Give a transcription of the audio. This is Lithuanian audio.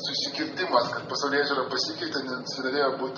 susikirtimas kad pasaulėžiūra pasikeitė nesinorėjo būt